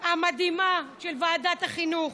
המדהימה של ועדת החינוך,